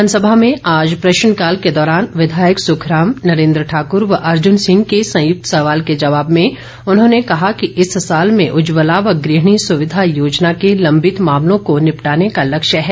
विधानसभा में आज प्रश्नकाल के दौरान विधायक सुखराम नरेंद्र ठाक्र व अर्जुन सिंह के संयुक्त सवाल के जवाब में उन्होंने कहा कि इस साल में उज्ज्वला व गृहिणी सुविधा योजना के लंबित मामलों को निपटाने का लक्ष्य है